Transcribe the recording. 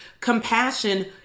compassion